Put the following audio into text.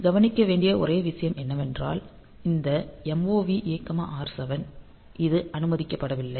கவனிக்க வேண்டிய ஒரே விஷயம் என்னவென்றால் இந்த MOV A R7 இது அனுமதிக்கப்படவில்லை